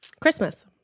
Christmas